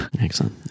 Excellent